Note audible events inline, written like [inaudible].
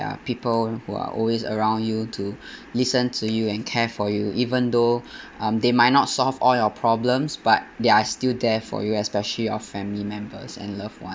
are people who are always around you to listen to you and care for you even though [breath] um they might not solve all your problems but they are still there for you especially your family members and loved ones